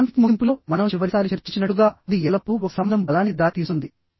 ఒక కాన్ఫ్లిక్ ముగింపులో మనం చివరిసారి చర్చించినట్లుగా అది ఎల్లప్పుడూ ఒక సంబంధం బలానికి దారి తీస్తుంది